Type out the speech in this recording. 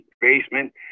basement